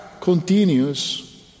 continues